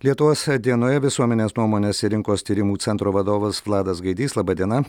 lietuvos dienoje visuomenės nuomonės ir rinkos tyrimų centro vadovas vladas gaidys laba diena